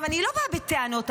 אני לא באה בטענות.